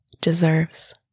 deserves